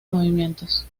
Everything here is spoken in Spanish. movimientos